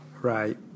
Right